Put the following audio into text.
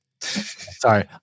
sorry